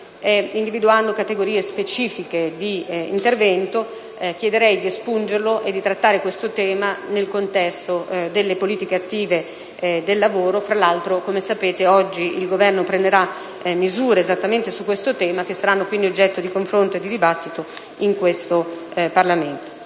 individuando categorie specifiche di intervento, propongo di espungerlo e di trattare tale argomento nel contesto delle politiche attive del lavoro. Tra l'altro, come sapete oggi il Governo assumerà misure esattamente su questo tema, che saranno quindi oggetto di confronto e di dibattito in Parlamento,